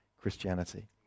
Christianity